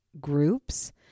groups